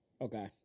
Okay